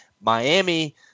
Miami